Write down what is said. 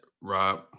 Rob